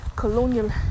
colonial